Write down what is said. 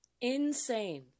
Insane